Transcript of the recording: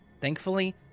Thankfully